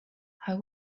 how